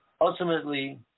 ultimately